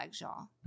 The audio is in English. y'all